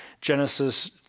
Genesis